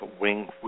wing